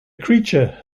creature